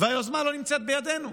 והיוזמה לא נמצאת בידינו,